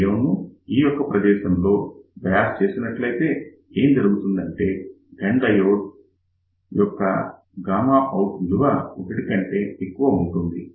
diode ను ఈ యొక్క ప్రదేశంలో బయాస్ చేసినట్లయితే ఏం జరుగుతుందంటే గన్ డయోడ్ యొక్క గామా అవుట్ విలువ 1 కంటే ఎక్కువ ఉంటుంది